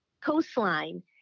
Coastline